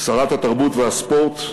שרת התרבות והספורט,